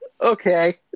Okay